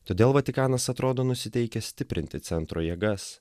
todėl vatikanas atrodo nusiteikęs stiprinti centro jėgas